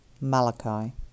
Malachi